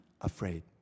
afraid